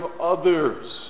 others